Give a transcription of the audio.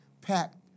packed